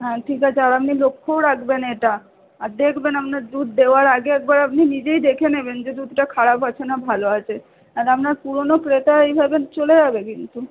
হ্যাঁ ঠিক আছে আর আপনি লক্ষ্যও রাখবেন এটা আর দেখবেন আপনার দুধ দেওয়ার আগে একবার আপনি নিজেই দেখে নেবেন যে দুধটা খারাপ আছে না ভালো আছে আর আপনার পুরনো ক্রেতা এভাবে চলে যাবে কিন্তু